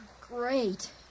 Great